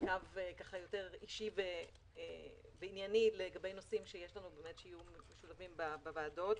קו אישי וענייני לגבי נושאים שיהיו משולבים בוועדות.